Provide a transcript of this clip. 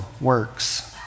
works